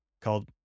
called